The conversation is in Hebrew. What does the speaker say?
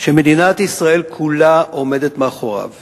שמדינת ישראל כולה עומדת מאחוריו